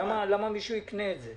למה מישהו יקנה את זה?